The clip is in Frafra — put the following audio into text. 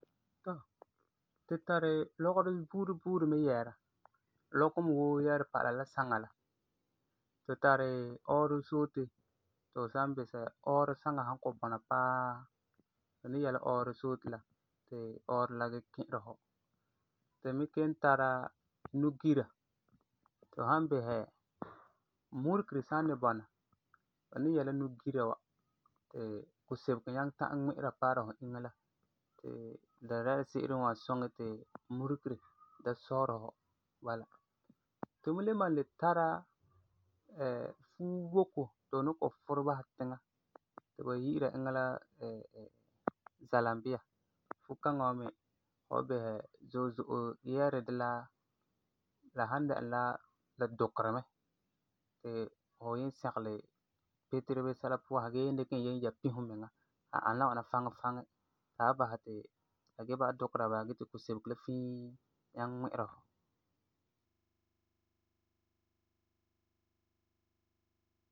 Tɔ, tu tari lɔgerɔ buuri buuri mɛ yɛɛra, lɔkɔ me woo tari pa'ala la saŋa la. Tu tari ɔɔrɔ-soote, ti fu san bisɛ ɔɔrɔ saŋa kɔ'ɔm bɔna paa, tu ni yɛ la ɔɔrɔ-soote la ti ɔɔrɔ la da ki'ira fu. Tu me kelum tara nu-gira, ti fu san bisɛ, muregere san ni bɔna ba ni yɛ la nu-gira wa ti kusebego nyaŋɛ ta'am ŋmi'ira paara fu inya la ti la dɛna se'ere n wan suŋɛ ti muregere da zɔɔra fu bala. Tu me le malum le tara fu-woko ti fu ni kɔ'ɔm furɛ basɛ tiŋa ti ba yi'ira eŋa la zalambiya. Fukana wa me, fu san bisɛ zo'e zo'e yɛɛri di la la san dɛna la di dukeri mɛ, ti fu yen sɛgelɛ petire bii sɛla puan sa gee yen dikɛ e yen yɛ pi fumiŋa. A ani la ŋwana faŋi faŋi, a wan basɛ ti la da ba'am dukera bala gee ti kusebego la fii nyaŋɛ ŋmi'ira fu.